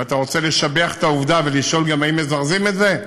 ואתה רוצה לשבח את העובדה ולשאול אם מזרזים את זה,